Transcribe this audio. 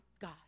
God